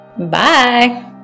Bye